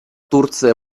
турция